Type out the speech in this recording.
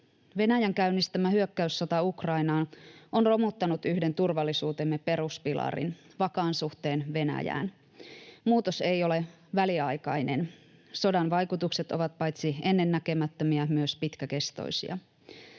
Venäjän käynnistämä hyökkäyssota Ukrainaan on romuttanut yhden turvallisuutemme peruspilarin, vakaan suhteen Venäjään. Muutos ei ole väliaikainen. Sodan vaikutukset ovat paitsi ennennäkemättömiä myös pitkäkestoisia.